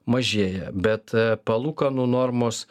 mažėja bet palūkanų normos